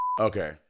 Okay